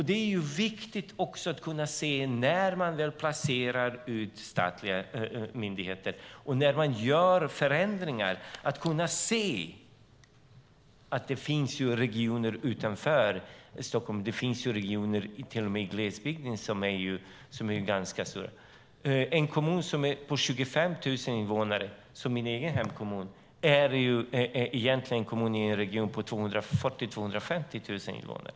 Det är viktigt att kunna se det när man väl placerar ut statliga myndigheter och gör förändringar. Det gäller att kunna se att det finns regioner utanför Stockholm och till och med i glesbygden som är ganska stora. En kommun som har 25 000 invånare, som min egen hemkommun, är egentligen en kommun i en region med 240 000-250 000 invånare.